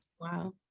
Wow